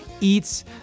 eats